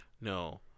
No